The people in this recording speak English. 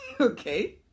Okay